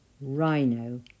rhino